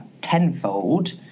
tenfold